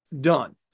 done